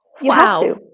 Wow